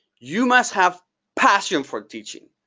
you must have passion for teaching.